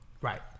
Right